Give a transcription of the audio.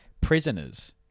prisoners